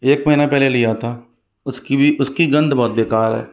एक महीना पहले लिया था उसकी भी उसकी गंध बहुत बेकार है